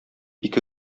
ике